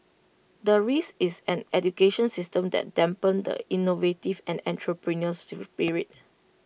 the risk is an education system that dampen the innovative and entrepreneurial